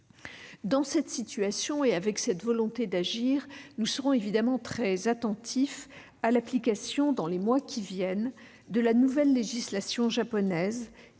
animés que nous sommes de la volonté d'agir, nous serons évidemment très attentifs à l'application dans les mois qui viennent de la nouvelle législation japonaise,